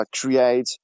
create